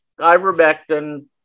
ivermectin